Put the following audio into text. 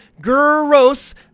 GROSS